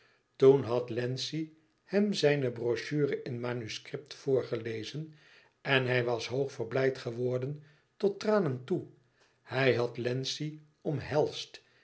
toen had wlenzci hem zijne brochure in manuscript voorgelezen en hij was hoog verblijd geworden tot tranen toe hij had wlenzci omhelsd